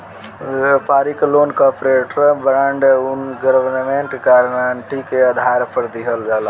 व्यापारिक loan corporate bond आउर government guarantee के आधार पर दिहल जाला